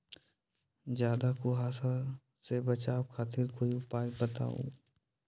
ज्यादा कुहासा से बचाव खातिर कोई उपाय बताऊ?